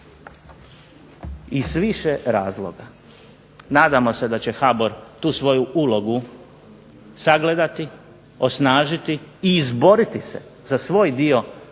i s više razloga. Nadamo se da će HBOR tu svoju ulogu sagledati, osnažiti i izboriti se za svoj dio odgovornosti